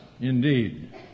indeed